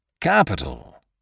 Capital